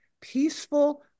peaceful